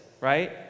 right